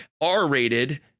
R-rated